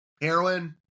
Heroin